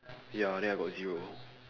ya then I got zero